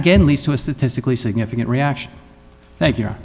again leads to a statistically significant reaction thank you